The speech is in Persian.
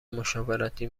مشاورتی